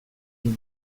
digu